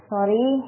Sorry